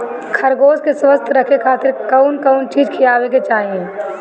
खरगोश के स्वस्थ रखे खातिर कउन कउन चिज खिआवे के चाही?